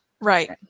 right